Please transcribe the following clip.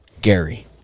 Gary